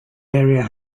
area